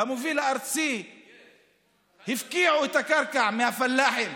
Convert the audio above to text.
המוביל הארצי הפקיע את הקרקע מהפלחים,